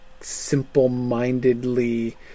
simple-mindedly